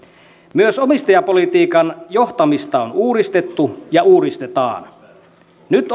myös omistajapolitiikan johtamista on uudistettu ja uudistetaan nyt